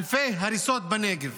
אלפי הריסות בנגב,